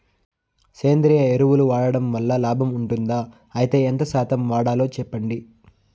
సేంద్రియ ఎరువులు వాడడం వల్ల లాభం ఉంటుందా? అయితే ఎంత శాతం వాడాలో చెప్పండి?